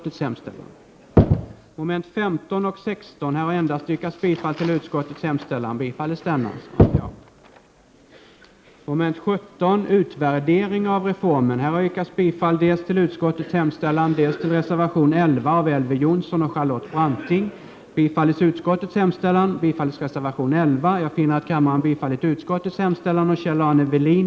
Mom. 14 Utskottets hemställan — som ställdes mot reservation 10 av Anders G Högmark m.fl. — bifölls. med acklamation.